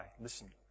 Listen